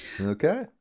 okay